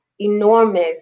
enormous